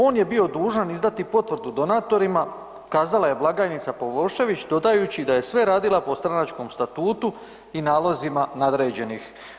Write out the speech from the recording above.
On je bio dužan izdati potvrdu donatorima, kazala je blagajnica Pavošević dodajući da je sve radila po stranačkom statutu i nalozima nadređenih“